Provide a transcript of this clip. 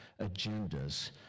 agendas